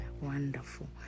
Wonderful